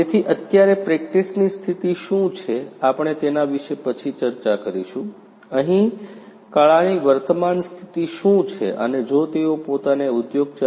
તેથી અત્યારે પ્રેક્ટિસની સ્થિતિ શું છે આપણે તેના વિષે પછી ચર્ચા કરીશું અહીં કળા ની વર્તમાન સ્થિતિ શું છે અને જો તેઓ પોતાને ઉદ્યોગ 4